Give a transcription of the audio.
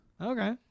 okay